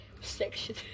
section